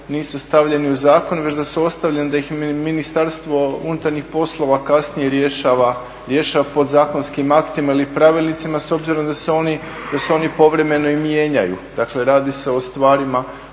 nisu stavljeni u zakon već da su ostavljeni da ih Ministarstvo unutarnjih poslova kasnije rješava podzakonskim aktima ili pravilnicima s obzirom da se oni povremeno i mijenjanju. Dakle radi se o stvarima